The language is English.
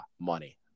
money